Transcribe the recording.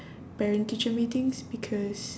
parent teacher meetings because